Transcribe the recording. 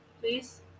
please